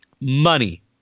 Money